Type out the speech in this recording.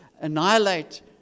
annihilate